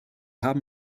haben